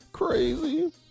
Crazy